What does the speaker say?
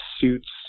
suits